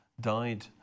died